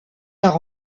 car